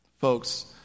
folks